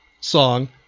song